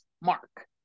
mark